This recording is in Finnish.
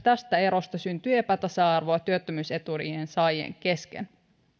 tästä erosta syntyy epätasa arvoa työttömyysetuuden saajien kesken